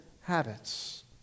habits